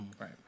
Right